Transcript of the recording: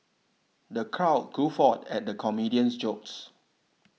the crowd guffawed at the comedian's jokes